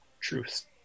truths